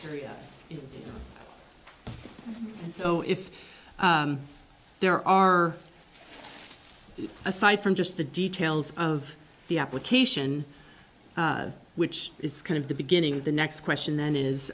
it so if there are aside from just the details of the application which is kind of the beginning the next question then is